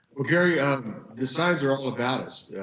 well gary the signs are all about us.